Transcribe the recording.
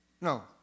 No